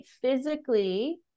physically